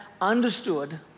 understood